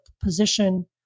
position